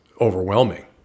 overwhelming